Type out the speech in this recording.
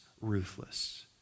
ruthless